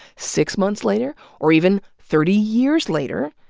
six months later or even thirty years later,